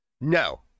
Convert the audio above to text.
No